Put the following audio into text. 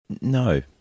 No